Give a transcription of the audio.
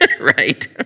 right